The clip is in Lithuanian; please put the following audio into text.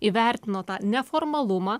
įvertino tą neformalumą